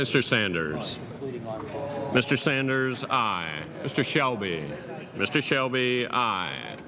mr sanders mr sanders mr shelby a